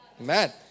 Amen